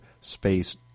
space